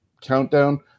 countdown